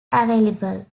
available